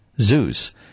Zeus